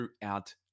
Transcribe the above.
throughout